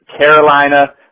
Carolina